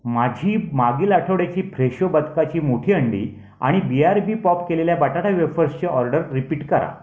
माझी मागील आठवड्याची फ्रेशो बदकाची मोठी अंडी आणि बी आर बी पॉप केलेल्या बटाटा वेफर्सचे ऑर्डर रिपीट करा